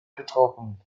getroffen